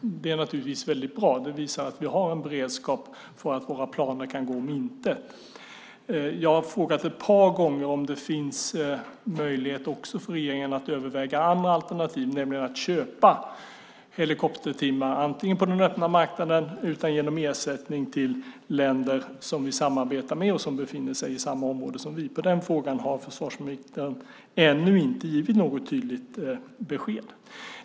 Det är naturligtvis väldigt bra. Det visar att vi har en beredskap för att våra planer kan gå om intet. Jag har frågat ett par gånger om det finns möjlighet för regeringen att överväga andra alternativ, nämligen att köpa helikoptertimmar, antingen på den öppna marknaden eller genom ersättning till länder som vi samarbetar med och som befinner sig i samma område som vi. På den frågan har försvarsministern ännu inte givit något tydligt besked.